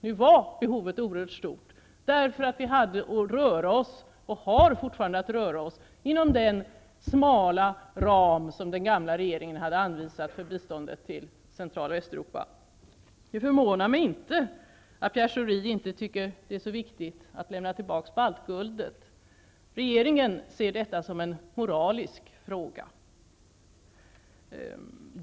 Nu var behovet oerhört stort, eftersom vi hade, och fortfarande har, att röra oss inom den smala ram som den gamla regeringen anvisade för biståndet till Central och Östeuropa. Det förvånar mig inte att Pierre Schori tycker att det inte är så viktigt att lämna tillbaka baltguldet. Regeringen betraktar detta som en moralisk fråga.